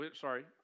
Sorry